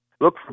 Look